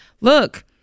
Look